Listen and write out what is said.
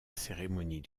cérémonie